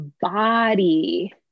body